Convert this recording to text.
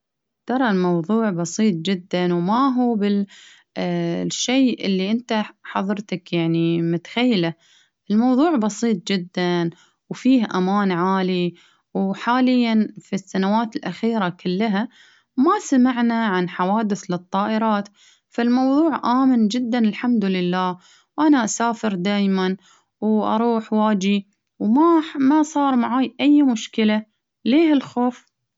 ترى الموضوع بسيط جدا ،وما هو الشيء اللي إنت حضرتك يعني متخيلة، الموضوع بسيط جدا ،وفيه أمان عالي وحاليا في السنوات الأخيرة كلها ما سمعنا عن حوادث للطائرات، فالموضوع آمن جدا الحمد لله ،وأنا أسافر دايما، وأروح وآجي وما-ما صار معاي أي مشكلة ليه الخوف.